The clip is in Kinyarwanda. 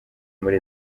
muri